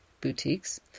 Boutiques